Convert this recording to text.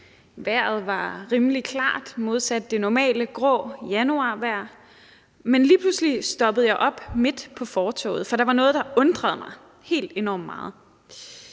vejret var rimelig klart – modsat det normale grå januarvejr – men lige pludselig stoppede jeg op midt på fortovet, for der var noget, der undrede mig helt enormt meget.